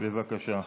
בבקשה.